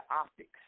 optics